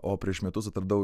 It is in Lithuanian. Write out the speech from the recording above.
o prieš metus atradau